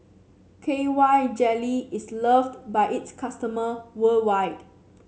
K Y Jelly is loved by its customer worldwide